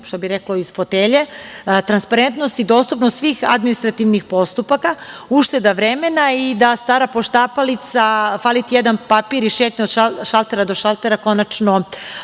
što bi se reklo – iz fotelje, transparentnost i dostupnost svih administrativnih postupaka, ušteda vremena i da stara poštapalica: „Fali ti jedan papir“ i šetnja od šaltera do šaltera konačno